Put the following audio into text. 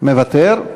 מוותר.